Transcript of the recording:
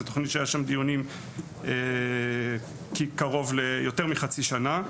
זה תוכנית שהיו עליה דיונים יותר מחצי שנה.